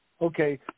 Okay